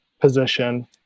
position